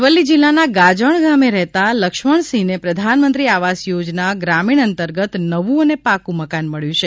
અરવલ્લી જિલ્લાના ગાજણ ગામે રહેતા લક્ષ્મણસિંહને પ્રધાનમંત્રી આવાસ યોજના ગ્રામીણ અંતર્ગત નવું અને પાકું મકાન મળ્યું છે